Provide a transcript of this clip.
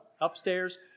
upstairs